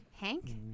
Hank